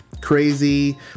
crazy